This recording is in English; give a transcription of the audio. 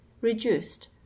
reduced